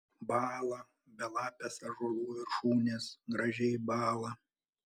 bąla belapės ąžuolų viršūnės gražiai bąla